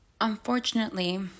unfortunately